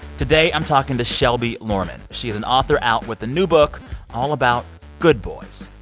today, i'm talking to shelby lorman. she's an author out with a new book all about good boys.